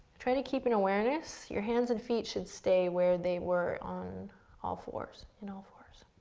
try to keep an awareness. your hands and feet should stay where they were on all fours, in all fours.